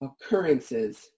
occurrences